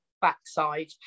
backside